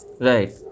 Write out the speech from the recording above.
Right